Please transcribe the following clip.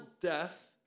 death